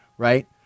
Right